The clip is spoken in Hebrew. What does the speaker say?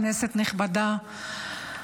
כנסת נכבדה,